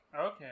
Okay